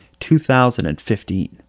2015